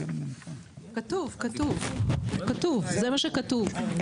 כתוב, כתוב, זה מה שכתוב.